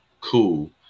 cool